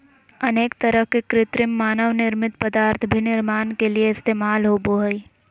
अनेक तरह के कृत्रिम मानव निर्मित पदार्थ भी निर्माण के लिये इस्तेमाल होबो हइ